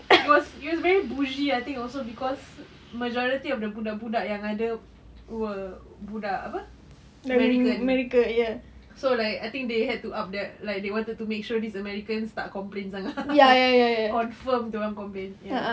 it was it was very bulgy I think also cause majority of the budak-budak yang ada were budak apa american so like I think they had to up like they wanted to make sure these americans tak complain sangat confirm dorang complain ya